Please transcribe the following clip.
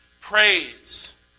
praise